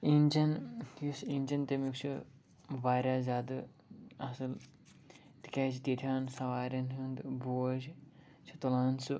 engine یُس engine تَمیُک چھُ واریاہ زیادٕ اصٕل تِکیٛازِ تِیٖتہِ ہان سَواریٚن ہُنٛد بوٗجھ چھُ تُلان سُہ